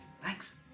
Thanks